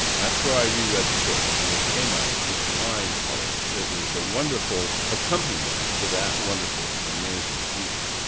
that's where i re-read the book, and it came out with flying colours. it was a wonderful accompaniment to that wonderful and amazing week.